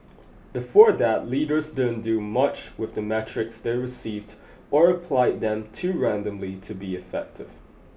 before that leaders didn't do much with the metrics they received or applied them too randomly to be effective